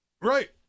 right